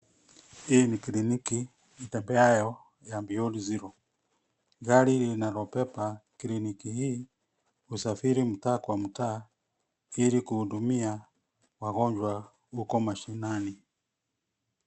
Hii ni kliniki itembeayo ya beyond zero . Gari linalobeba kliniki hii husafiri mtaa kwa mtaa ili kuhudumia wagonjwa huko mashinani.